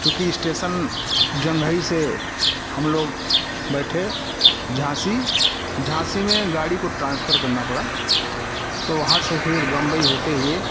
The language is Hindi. चूँकि स्टेशन जँघई से हम लोग बैठे झांसी झांसी में गाड़ी को ट्रांसफर करना पड़ा तो वहाँ से फिर मुंबई होते हुए